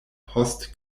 post